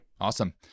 Awesome